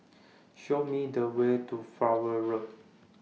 Show Me The Way to Flower Road